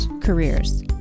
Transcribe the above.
careers